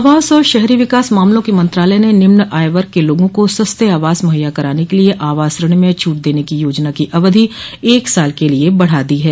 आवास और शहरी विकास मामलों के मंत्रालय ने निम्न आय वर्ग के लोगों को सस्ते आवास मुहैया कराने के लिये आवास ऋण में छूट देने की योजना की अवधि एक साल के लिये बढ़ा दी है